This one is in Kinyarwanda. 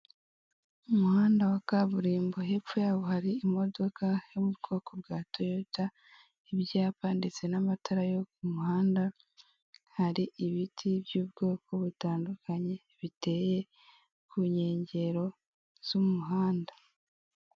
Umuhanda wa kaburimbo, hepfo yawo hari imodoka yo mu bwoko bwa toyota n'ibyapa ndetse n'amatara yo ku muhanda hari ibiti by'ubwoko butandukanye biteye ku nkengero z'umuhanda.